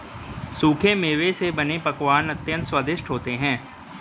सूखे मेवे से बने पकवान अत्यंत स्वादिष्ट होते हैं